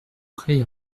près